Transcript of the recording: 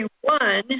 one